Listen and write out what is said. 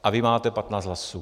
A vy máte 15 hlasů.